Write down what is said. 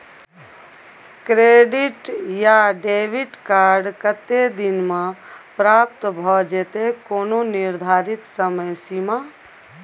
Credit या debit card कत्ते दिन म प्राप्त भ जेतै, कोनो निर्धारित समय सीमा?